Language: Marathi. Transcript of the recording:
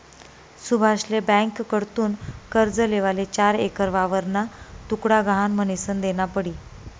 सुभाषले ब्यांककडथून कर्ज लेवाले चार एकर वावरना तुकडा गहाण म्हनीसन देना पडी